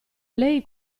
lei